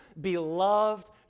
beloved